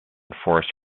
forced